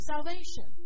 Salvation